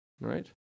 right